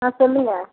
ஆ சொல்லுங்கள்